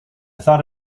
thought